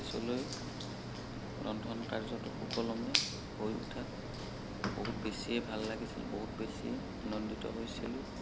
পিছলৈ ৰন্ধন কাৰ্য্যটো সুকলমে হৈ উঠাত বহুত বেছিয়ে ভাল লাগিছিল বহুত বেছি আনন্দিত হৈছিলোঁ